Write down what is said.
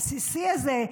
הבסיסי הזה,